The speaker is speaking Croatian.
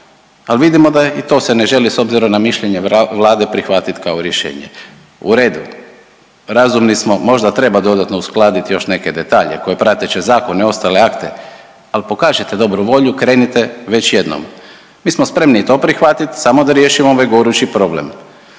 ali vidimo da je i to se ne želi s obzirom na mišljenje Vlade prihvatiti kao rješenje. U redu, razumni smo, možda treba dodatno uskladiti još neke detalje koje prateće zakone, ostale akte ali pokažite dobru volju, krenite već jednom. Mi smo spremni i to prihvatiti samo da riješimo ovaj gorući problem.